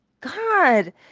god